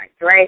right